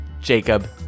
Jacob